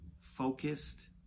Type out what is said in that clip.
focused